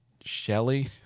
Shelley